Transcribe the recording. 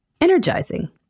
energizing